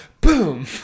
boom